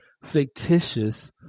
fictitious